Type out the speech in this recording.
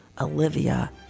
Olivia